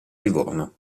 livorno